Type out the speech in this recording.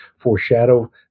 foreshadow